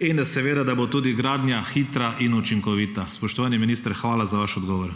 in da bo tudi gradnja hitra in učinkovita. Spoštovani minister, hvala za vaš odgovor.